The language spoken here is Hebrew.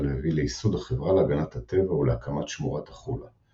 והביא לייסוד החברה להגנת הטבע ולהקמת שמורת החולה,